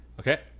Okay